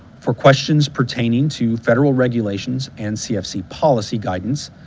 for questions pertaining to federal regulations and cfc policy guidance,